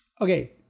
Okay